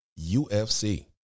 UFC